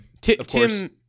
Tim